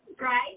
Right